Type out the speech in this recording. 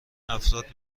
افراد